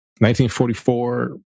1944